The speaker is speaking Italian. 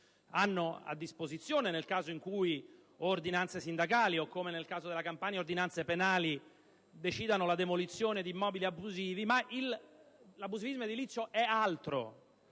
hanno a disposizione nel caso in cui ordinanze sindacali o, come nel caso della Campania, ordinanze penali decidano la demolizione di immobili abusivi. Ma l'abusivismo edilizio è altro.